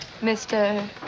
Mr